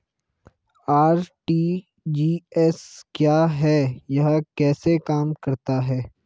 RTGS क्या है यह कैसे काम करता है?